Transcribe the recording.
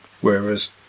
whereas